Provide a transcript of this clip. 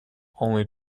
only